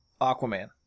Aquaman